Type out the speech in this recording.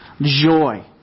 Joy